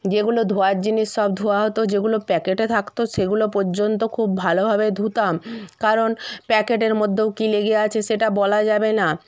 যেগুলো ধোয়ার জিনিস সব ধোয়া হতো যেগুলো প্যাকেটে থাকতো সেগুলো পর্যন্ত খুব ভালোভাবে ধুতাম কারণ প্যাকেটের মধ্যেও কি লেগে আছে সেটা বলা যাবে না